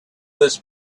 this